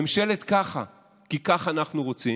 ממשלת ככה, כי ככה אנחנו רוצים,